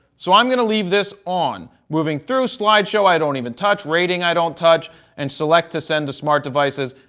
so, i'm going to leave this on. moving through slide show, i don't even touch rating. i don't touch and select to send to smart devices,